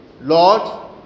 Lord